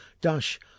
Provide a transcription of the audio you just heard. Dash